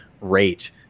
rate